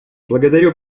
благодарю